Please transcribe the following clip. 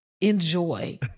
Enjoy